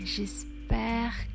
J'espère